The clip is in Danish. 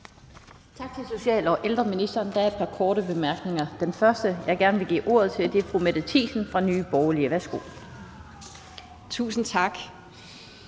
Tak til social- og ældreministeren. Der er et par korte bemærkninger. Den første, jeg gerne vil give ordet til, er fru Mette Thiesen fra Nye Borgerlige. Værsgo. Kl.